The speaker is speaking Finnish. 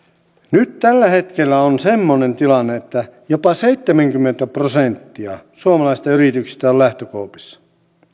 nyt tällä hetkellä on semmoinen tilanne että jopa seitsemänkymmentä prosenttia suomalaisista yrityksistä on lähtökuopissa